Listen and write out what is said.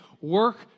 Work